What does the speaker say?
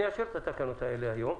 אני אאשר את התקנות האלה היום,